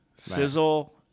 sizzle